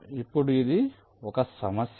ఇప్పుడు ఇది ఒక సమస్య